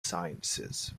sciences